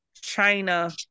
China